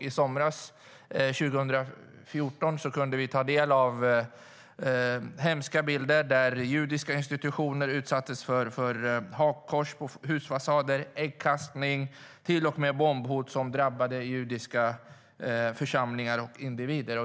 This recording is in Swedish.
I somras, 2014, kunde vi ta del av hemska bilder där judiska institutioner utsattes för hakkors på husfasader, äggkastning och till och med bombhot mot judiska församlingar och individer.